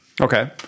Okay